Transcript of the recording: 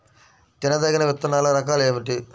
తినదగిన విత్తనాల రకాలు ఏమిటి?